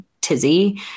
tizzy